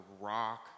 rock